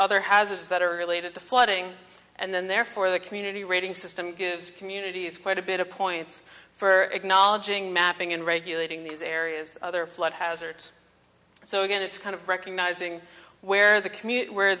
other hazards that are related to flooding and then therefore the community rating system gives communities quite a bit of points for acknowledging mapping and regulating these areas other flood hazards so again it's kind of recognizing where the community where